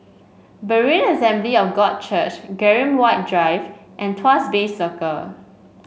Berean Assembly of God Church Graham White Drive and Tuas Bay Circle